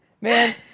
man